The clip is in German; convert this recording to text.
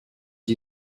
die